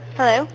Hello